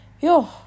Yo